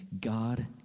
God